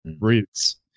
Roots